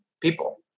people